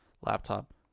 laptop